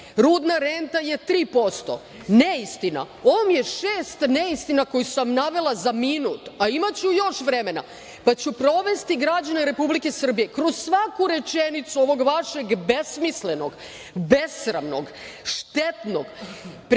rudna renta je 3% neistina. Ovo vam je šesta neistina koju sam navela za minut, a imaću još vremena, pa ću provesti građane Republike Srbije kroz svaku rečenicu ovog vašeg besmislenog, besramnog, štetnog